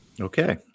Okay